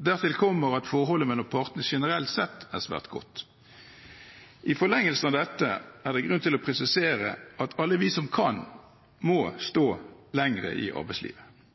Dertil kommer at forholdet mellom partene generelt sett er svært godt. I forlengelsen av dette er det grunn til å presisere at alle vi som kan, må stå lenger i arbeidslivet.